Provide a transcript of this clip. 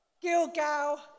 Gilgal